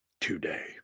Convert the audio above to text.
today